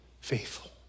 faithful